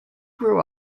grew